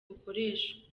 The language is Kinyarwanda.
bukoreshwa